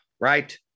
right